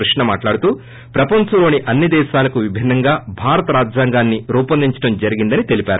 కృష్ణ మాట్లాడుతూ ప్రపంచంలోని అన్ని దేశాలకు విభిన్నంగా భారత్ రాజ్యాంగాన్ని రూపొందించటం జరిగిందని తెలిపారు